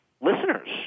listeners